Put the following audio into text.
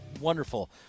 wonderful